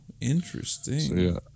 Interesting